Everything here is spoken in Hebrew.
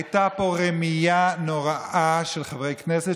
הייתה פה רמייה נוראה של חברי כנסת,